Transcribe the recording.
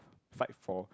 fight for